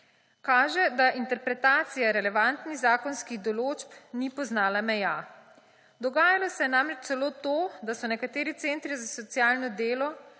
Kaže, da interpretacija relevantnih zakonskih določb ni poznala meja. Dogajalo se je namreč celo to, da so nekateri centri za socialno delo